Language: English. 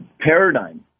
paradigm